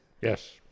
Yes